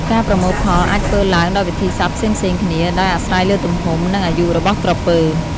ការប្រមូលផលអាចធ្វើឡើងដោយវិធីសាស្ត្រផ្សេងៗគ្នា ដោយអាស្រ័យលើទំហំ និងអាយុរបស់ក្រពើ។